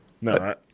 No